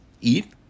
eat